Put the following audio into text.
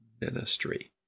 ministry